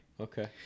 okay